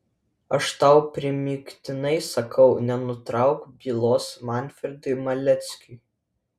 aš tau primygtinai sakau nenutrauk bylos manfredui maleckiui